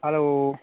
hello